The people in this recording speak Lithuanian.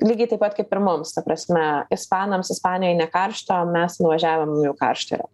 lygiai taip pat kaip ir mums ta prasme ispanams ispanijoj nekaršta o mes nuvažiavom jau karšta yra